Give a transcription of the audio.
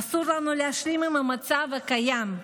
אסור לנו להשלים עם המצב הקיים.